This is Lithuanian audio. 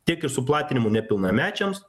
tiek ir su platinimu nepilnamečiams